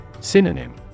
Synonym